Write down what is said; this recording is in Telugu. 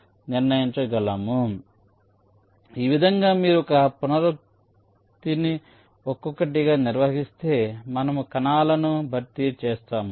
కాబట్టి ఈ విధంగా మీరు ఒక పునరుక్తిని ఒక్కొక్కటిగా నిర్వహిస్తే మనము కణాలను భర్తీ చేస్తాము